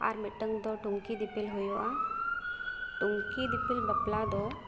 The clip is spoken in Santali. ᱟᱨ ᱢᱤᱫᱴᱟᱝᱫᱚ ᱴᱩᱝᱠᱤ ᱫᱤᱯᱤᱞ ᱦᱩᱭᱩᱜᱼᱟ ᱴᱩᱝᱠᱤ ᱫᱤᱯᱤᱞ ᱵᱟᱯᱞᱟᱫᱚ